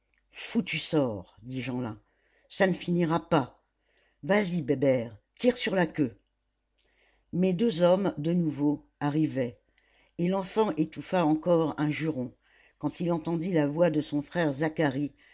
foutu sort dit jeanlin ça ne finira pas vas-y bébert tire sur la queue mais deux hommes de nouveau arrivaient et l'enfant étouffa encore un juron quand il entendit la voix de son frère zacharie